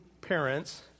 parents